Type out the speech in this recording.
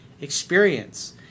experience